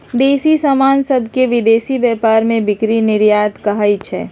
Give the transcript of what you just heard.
देसी समान सभके विदेशी व्यापार में बिक्री निर्यात कहाइ छै